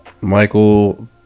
Michael